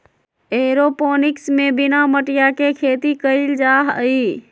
aeroponics में बिना मटिया के खेती कइल जाहई